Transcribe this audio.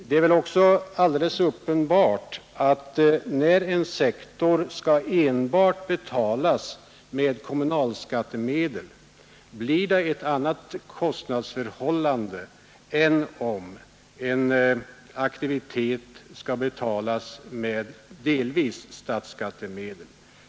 Det är väl också alldeles uppenbart att när en verksamhet skall betalas enbart med kommunalskattemedel, så blir det ett annat kostnadsförhållande än om en aktivitet delvis skall betalas med statsskattemedel.